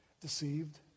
deceived